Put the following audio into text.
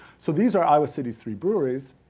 so, these are iowa city's three breweries.